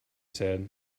said